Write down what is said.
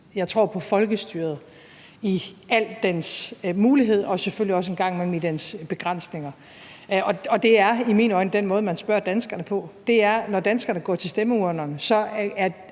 Jeg tror på folkestyret i al dets mulighed og selvfølgelig også en gang imellem i dets begrænsninger. Det er i mine øjne den måde, man spørger danskerne på. Når danskerne går til stemmeurnerne, er